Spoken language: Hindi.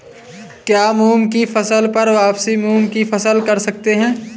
क्या मूंग की फसल पर वापिस मूंग की फसल कर सकते हैं?